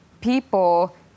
people